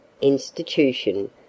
institution